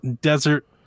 desert